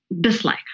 dislike